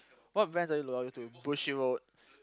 what brands are you loyal to Bushiroad